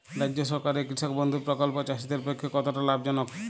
রাজ্য সরকারের কৃষক বন্ধু প্রকল্প চাষীদের পক্ষে কতটা লাভজনক?